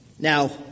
Now